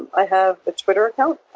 i have a twitter account.